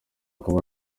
kuba